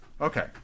okay